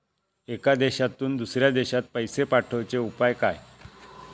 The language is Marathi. एका देशातून दुसऱ्या देशात पैसे पाठवचे उपाय काय?